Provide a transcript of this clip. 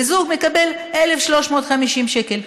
וזוג מקבל 1,350 שקל,